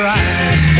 eyes